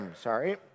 Sorry